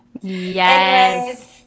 yes